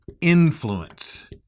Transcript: influence